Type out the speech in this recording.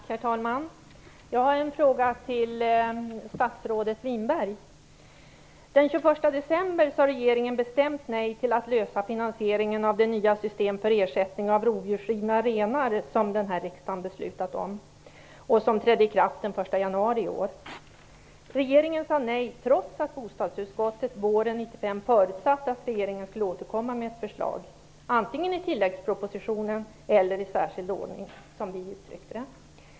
Herr talman! Jag har en fråga till statsrådet Winberg. Den 21 december sade regeringen bestämt nej till att lösa finansieringen av det nya systemet för ersättning av rovdjursrivna renar, som denna riksdag beslutat om och som trädde i kraft den 1 januari i år. Regeringen sade nej trots att bostadsutskottet våren 1995 förutsatte att regeringen skulle återkomma med ett förslag, antingen i tilläggspropositionen eller i särskild ordning som vi uttryckte det.